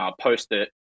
post-it